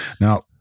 Now